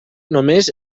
només